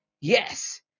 Yes